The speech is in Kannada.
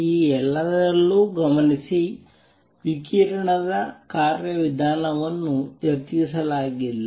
ಈ ಎಲ್ಲದರಲ್ಲೂ ಗಮನಿಸಿ ವಿಕಿರಣದ ಕಾರ್ಯವಿಧಾನವನ್ನು ಚರ್ಚಿಸಲಾಗಿಲ್ಲ